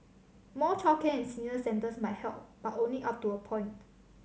more childcare and senior centres might help but only up to a point